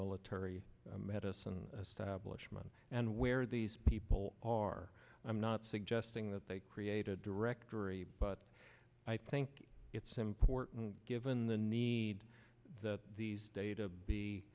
military medicine stablish men and where these people are i'm not suggesting that they create a directory but i think it's important given the need that these data be